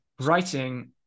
writing